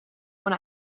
when